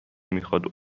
میخواد